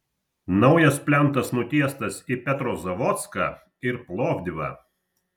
naujas plentas nutiestas į petrozavodską ir plovdivą